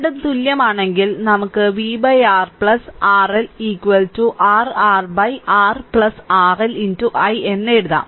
രണ്ടും തുല്യമാണെങ്കിൽ നമുക്ക് v R RL r R R RL i എന്ന് എഴുതാം